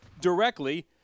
directly